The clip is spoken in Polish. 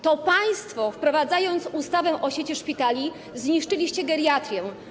To państwo, wprowadzając ustawę o sieci szpitali, zniszczyliście geriatrię.